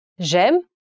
J'aime